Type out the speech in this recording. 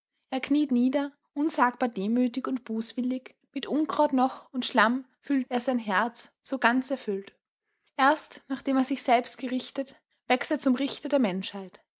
er kniet nieder unsagbar demütig und bußwillig mit unkraut noch und schlamm fühlt er sein herz erfüllt erst nachdem er sich selbst gerichtet wächst er zum richter der menschheit